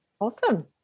Awesome